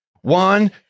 one